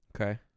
Okay